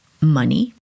money